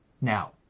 Now